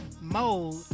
mode